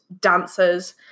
dancers